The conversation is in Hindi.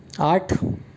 आठ